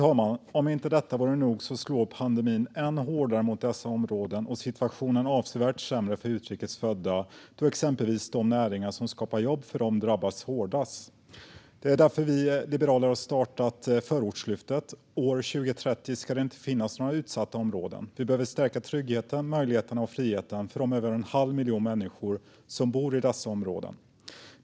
Som om inte detta vore nog slår pandemin än hårdare mot dessa områden. Situationen är avsevärt sämre för utrikes födda, då exempelvis de näringar som skapar jobb för dem drabbas hårdast. Det är därför vi liberaler har startat Förortslyftet. År 2030 ska det inte finnas några utsatta områden. Vi behöver stärka tryggheten, möjligheterna och friheten för de över en halv miljon människor som bor i dessa områden.